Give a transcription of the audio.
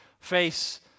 face